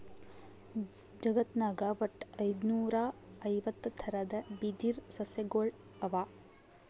ಜಗತ್ನಾಗ್ ವಟ್ಟ್ ಐದುನೂರಾ ಐವತ್ತ್ ಥರದ್ ಬಿದಿರ್ ಸಸ್ಯಗೊಳ್ ಅವಾ